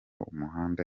umuhanda